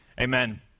Amen